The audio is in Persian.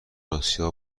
آسیا